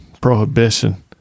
prohibition